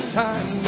time